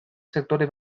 sektore